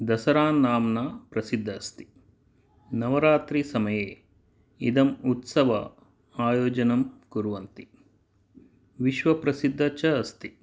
दशरा नाम्ना प्रसिद्ध अस्ति नवरात्रि समये इदम् उत्सव आयोजनं कुर्वन्ति विश्वप्रसिद्धं च अस्ति